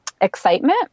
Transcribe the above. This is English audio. excitement